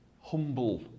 humble